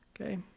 okay